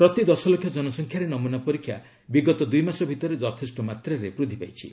ପ୍ରତି ଦଶଲକ୍ଷ ଜନସଂଖ୍ୟାରେ ନମୁନା ପରୀକ୍ଷା ବିଗତ ଦୁଇମାସ ଭିତରେ ଯଥେଷ୍ଟ ମାତାରେ ବୃଦ୍ଧି ପାଇଛି